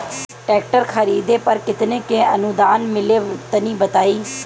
Tractor खरीदे पर कितना के अनुदान मिली तनि बताई?